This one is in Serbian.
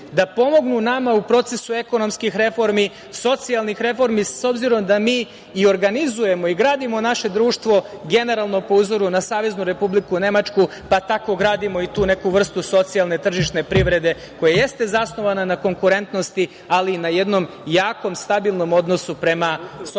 da pomognu nama u procesu ekonomskih reformi, socijalnih reformi s obzirom da mi i organizujemo i gradimo naše društvo generalno po uzoru na Saveznu Republiku Nemačka pa tako gradimo i tu neku vrstu socijalne, tržišne privrede koja jeste zasnovana na konkurentnosti, ali i na jednom jakom, stabilnom odnosu prema socijalno